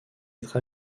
être